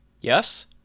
Yes